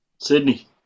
Sydney